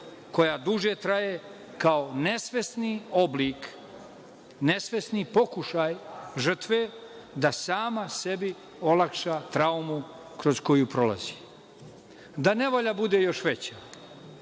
koja duže traje kao nesvesni oblik, nesvesni pokušaj žrtve da sama sebi olakša traumu kroz koju prolazi. Da nevolja bude još veća,